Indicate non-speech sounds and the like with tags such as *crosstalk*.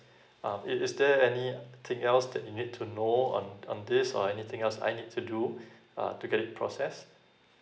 *breath* um is is there anything else that you need to know on on this or anything else I need to do *breath* uh to get it process